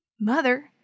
Mother